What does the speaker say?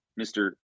Mr